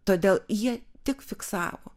todėl jie tik fiksavo